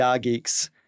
geeks